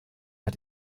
hat